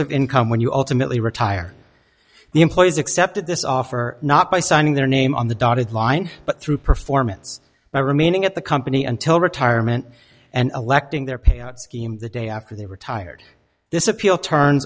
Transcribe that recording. of income when you ultimately retire the employees accepted this offer not by signing their name on the dotted line but through performance by remaining at the company until retirement and electing their payout scheme the day after they retired this appeal turn